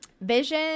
Vision